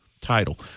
title